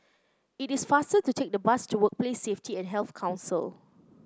it is faster to take the bus to Workplace Safety and Health Council